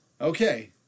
Okay